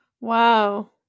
Wow